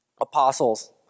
Apostles